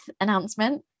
announcement